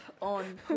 on